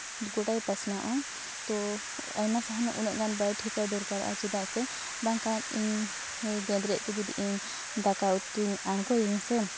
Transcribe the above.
ᱜᱚᱴᱟ ᱜᱮ ᱯᱟᱥᱱᱟᱣᱚᱜᱼᱟ ᱛᱚ ᱟᱭᱢᱟ ᱥᱟᱦᱟᱱ ᱩᱱᱟᱹᱜ ᱜᱟᱱ ᱵᱟᱭ ᱴᱷᱮᱠᱟᱣ ᱫᱚᱨᱠᱟᱨᱚᱜᱼᱟ ᱪᱮᱫᱟᱜ ᱥᱮ ᱵᱟᱝᱠᱷᱟᱱ ᱤᱧ ᱦᱚᱸ ᱜᱮᱸᱫᱽᱨᱮᱡ ᱛᱮ ᱡᱩᱫᱤ ᱤᱧ ᱫᱟᱠᱟ ᱩᱛᱩᱧ ᱟᱬᱜᱚᱭᱤᱧ ᱥᱮ